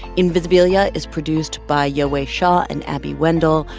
invisibilia is produced by yowei shaw and abby wendle.